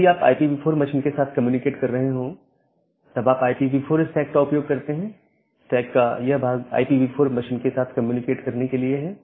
यदि आप IPv4 machine के साथ कम्युनिकेट कर रहे हैं तब आप IPv4 स्टैक का उपयोग करते हैं स्टैक का यह भाग IPv4 मशीन के साथ कम्युनिकेट करने के लिए है